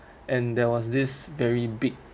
and there was this very big